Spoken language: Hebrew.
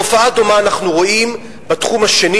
תופעה דומה אנחנו רואים בתחום השני